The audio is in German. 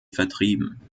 vertrieben